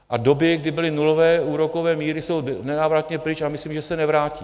A doby, kdy byly nulové úrokové míry, jsou nenávratně pryč a myslím, že se nevrátí.